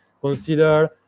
consider